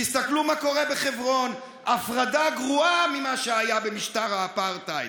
תסתכלו מה קורה בחברון: הפרדה גרועה ממה שהיה במשטר האפרטהייד,